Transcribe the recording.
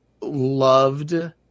loved